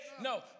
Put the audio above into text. No